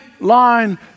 line